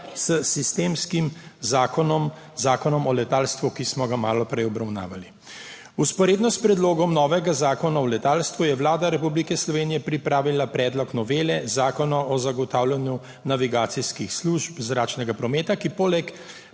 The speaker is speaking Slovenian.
s sistemskim zakonom, Zakonom o letalstvu, ki smo ga obravnavali malo prej. Vzporedno s predlogom novega zakona o letalstvu je Vlada Republike Slovenije pripravila predlog novele Zakona o zagotavljanju navigacijskih služb zračnega prometa, ki poleg